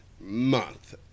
month